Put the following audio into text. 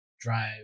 drive